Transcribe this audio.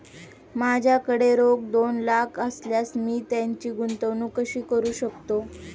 माझ्याकडे रोख दोन लाख असल्यास मी त्याची गुंतवणूक कशी करू शकतो?